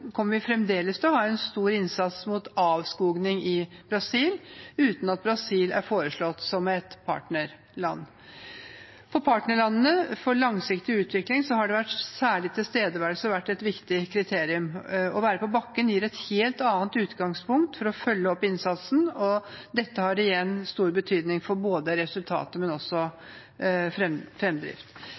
kommer vi fremdeles til å ha en stor innsats mot avskoging i Brasil – uten at Brasil er foreslått som et partnerland. For partnerlandene for langsiktig utvikling har særlig tilstedeværelse vært et viktig kriterium. Å være på bakken gir et helt annet utgangspunkt for å følge opp innsatsen, og dette har igjen stor betydning for resultatet og for framdriften. Så skal jeg også